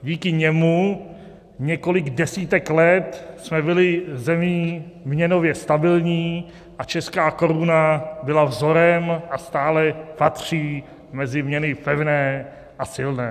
Díky němu několik desítek let jsme byli zemí měnově stabilní a česká koruna byla vzorem a stále patří mezi měny pevné a silné.